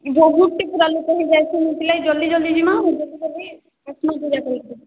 ବହୁତ ହି ସାରା ଲୋକ ଯାଇଛନ ସେଥିଲାଗି ଜଲ୍ଦି ଜଲ୍ଦି ଯିମା ଆଉ ଜଲ୍ଦି ଜଲ୍ଦି ଆସିମା ପୂଜା କରିକି